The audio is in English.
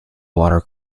water